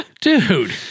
Dude